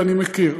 ואני מכיר.